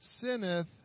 sinneth